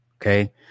okay